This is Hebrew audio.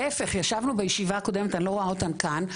להיפך ישבנו בישיבה הקודמת אני לא רואה אותן כאן,